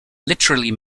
literally